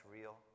real